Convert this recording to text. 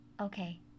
okay